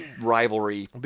rivalry